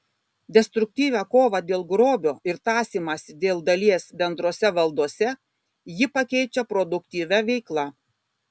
destruktyvią kovą dėl grobio ir tąsymąsi dėl dalies bendrose valdose ji pakeičia produktyvia veikla